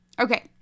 Okay